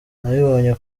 nabibonye